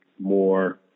more